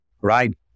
right